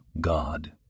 God